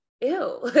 ew